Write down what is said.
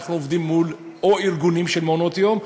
אנחנו עובדים מול ארגונים של מעונות-יום,